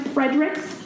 Fredericks